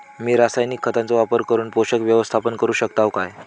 मी रासायनिक खतांचो वापर करून पोषक व्यवस्थापन करू शकताव काय?